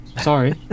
Sorry